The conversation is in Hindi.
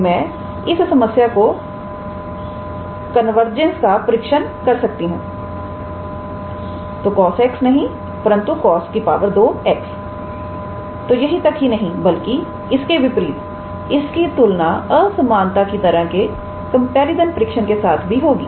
तो मैं इस समस्या की कन्वर्जेंस का परीक्षण कर सकती हूं तो cosx नहीं परंतु 𝑐𝑜𝑠2𝑥 तो यही तक ही नहीं बल्कि इसके विपरीत इसकी तुलना असमानता की तरह के कंपैरिजन परीक्षण के साथ भी होगी